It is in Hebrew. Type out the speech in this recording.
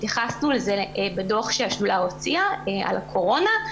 התייחסנו לזה בדוח שהשדולה הוציאה על הקורונה.